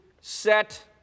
set